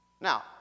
Now